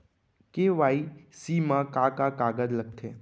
KYC मा का का कागज लगथे?